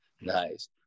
Nice